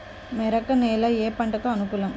మెరక నేల ఏ పంటకు అనుకూలం?